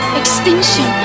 extinction